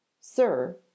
Sir